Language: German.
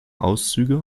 auszüge